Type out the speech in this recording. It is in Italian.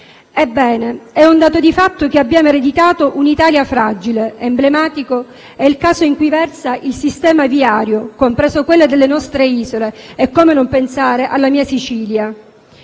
Ebbene, è un dato di fatto che abbiamo ereditato un'Italia fragile. Emblematico è il caso in cui versa il sistema viario, compreso quello delle nostre isole - come non pensare alla mia Sicilia